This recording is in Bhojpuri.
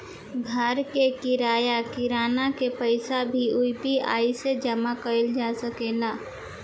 घर के किराया, किराना के पइसा भी यु.पी.आई से जामा कईल जा सकेला